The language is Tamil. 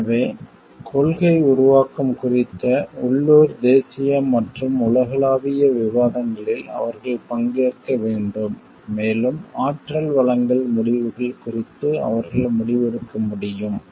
எனவே கொள்கை உருவாக்கம் குறித்த உள்ளூர் தேசிய மற்றும் உலகளாவிய விவாதங்களில் அவர்கள் பங்கேற்க வேண்டும் மேலும் ஆற்றல் வழங்கல் முடிவுகள் குறித்து அவர்கள் முடிவெடுக்க முடியும்